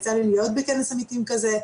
יצא לי להיות בכנס עמיתים כזה,